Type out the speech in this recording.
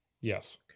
Yes